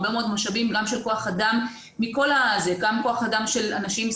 גם של כוח אדם של אנשים,